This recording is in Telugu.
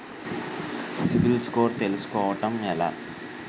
సిబిల్ స్కోర్ తెల్సుకోటం ఎలా?